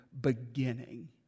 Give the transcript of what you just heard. beginning